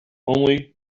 only